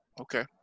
okay